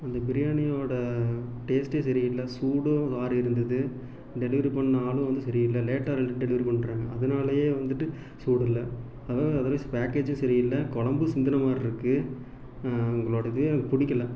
அந்த பிரியாணி ஓட டேஸ்ட்டே சரியில்லை சூடும் ஆரி இருந்துது டெலிவரி பண்ண ஆளும் வந்து சரியில்லை லேட்டாக டெல் டெலிவரி பண்ணுறாங்க அதனாலையே வந்துவிட்டு சூடு இல்லை அதோட அதர்வைஸ் பேக்கேஜ்ஜும் சரியில்லை குளம்பு சிந்தின மார்ருக்கு உங்களோட இதுவே எனக்கு பிடிக்கல